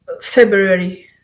February